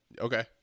Okay